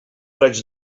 raig